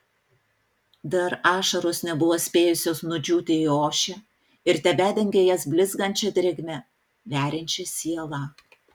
dar ašaros nebuvo spėjusios nudžiūti į ošę ir tebedengė jas blizgančia drėgme veriančia sielą